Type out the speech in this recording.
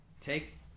take